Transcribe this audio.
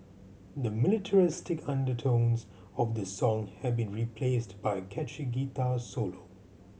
the militaristic undertones of the song have been replaced by a catchy guitar solo